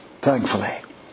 thankfully